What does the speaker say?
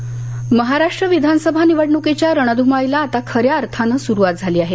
अर्ज् महाराष्ट्र विधानसभा निवडणुकीच्या रणध्माळीला आता खऱ्या अर्थानं सुरुवात झाली आहे